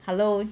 hello